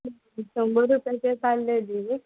शंबर रुपयाचे ताल्ले दी